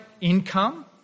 income